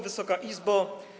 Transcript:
Wysoka Izbo!